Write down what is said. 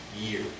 year